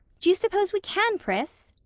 do you suppose we can, pris?